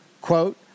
Quote